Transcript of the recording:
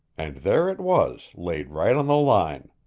and there it was, laid right on the line.